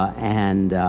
and,